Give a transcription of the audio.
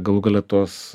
galų gale tos